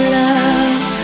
love